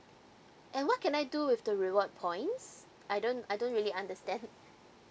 and what can I do with the reward points I don't I don't really understand